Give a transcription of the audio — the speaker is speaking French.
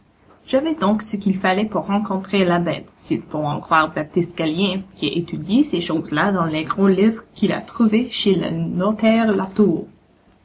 j'avais donc ce qu'il fallait pour rencontrer la bête s'il faut en croire baptiste gallien qui a étudié ces choses-là dans les gros livres qu'il a trouvés chez le